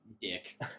dick